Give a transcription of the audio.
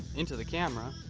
into the camera,